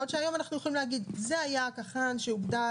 בעוד שהיום אנחנו יכולים להגיד: זאת היתה הקח"ן שהוגדלה,